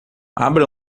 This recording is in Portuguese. abra